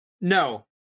No